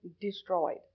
destroyed